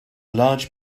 large